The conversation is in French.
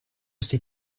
sait